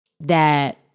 that-